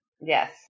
Yes